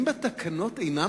כן,